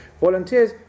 Volunteers